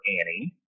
Annie